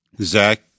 Zach